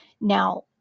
Now